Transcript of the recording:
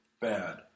bad